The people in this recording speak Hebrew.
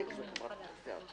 אני ממשיכה הלאה.